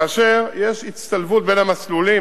כאשר יש הצטלבות בין המסלולים,